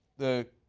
the